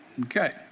Okay